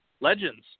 Legends